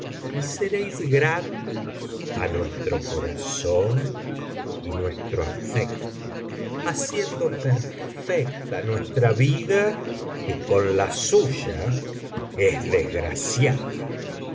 á nuestro corazón y nuestro afecto haciendo perfecta nuestra vida que con la suya es desgraciada